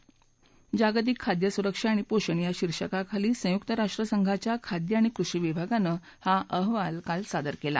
जागतिक खाद्य सुरक्षा आणि पोषण या शिर्षकाखाली संयुक्त राष्ट्र संघाच्या खाद्य आणि कृषी विभागानं हा अहवाल काल सादर केला